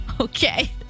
Okay